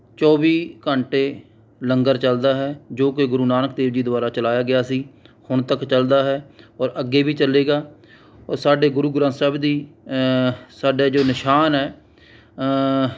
ਚੌਵੀ ਘੰਟੇ ਲੰਗਰ ਚੱਲਦਾ ਹੈ ਜੋ ਕਿ ਗੁਰੂ ਨਾਨਕ ਦੇਵ ਜੀ ਦੁਆਰਾ ਚਲਾਇਆ ਗਿਆ ਸੀ ਹੁਣ ਤੱਕ ਚੱਲਦਾ ਹੈ ਔਰ ਅੱਗੇ ਵੀ ਚੱਲੇਗਾ ਔਰ ਸਾਡੇ ਗੁਰੂ ਗ੍ਰੰਥ ਸਾਹਿਬ ਦੀ ਸਾਡਾ ਜੋ ਨਿਸ਼ਾਨ ਹੈ